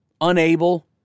unable